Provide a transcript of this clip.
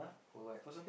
for what